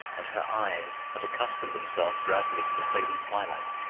and her eyes had accustomed themselves gradually to the fading twilight.